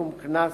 בתשלום קנס